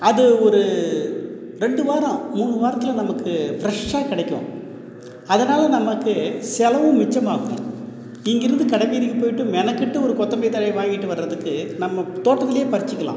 அது ஒரு ரெண்டு வாரம் மூணு வாரத்தில் நமக்கு ஃப்ரெஷ்ஷாக கிடைக்கும் அதனால் நமக்கு செலவு மிச்சம் ஆகும் இங்கிருந்து கடை வீதிக்கு போயிட்டு மெனக்கிட்டு ஒரு கொத்தமல்லி தழையை வாங்கிட்டு வர்கிறதுக்கு நம்ம தோட்டத்துலேயே பறிச்சுக்கலாம்